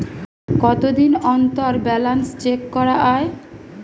কতদিন অন্তর balance check করা য়ায়?